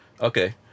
Okay